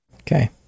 Okay